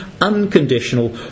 unconditional